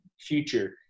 future